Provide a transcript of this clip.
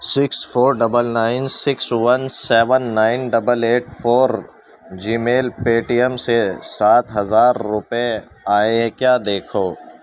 six four double nine six one seven nine double eight four Gmail Paytm سے سات ہزار سے روپے آئے ہیں کیا دیکھو